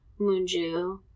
Moonju